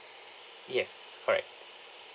yes correct